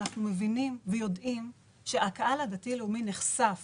אנחנו מבינים ויודעים שהקהל הדתי לאומי נחשף